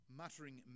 muttering